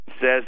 says